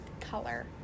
color